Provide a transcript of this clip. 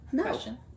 question